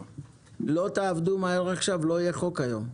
לא תעבדו מהר עכשיו, לא יהיה חוק היום.